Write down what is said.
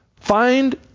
find